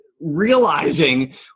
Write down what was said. realizing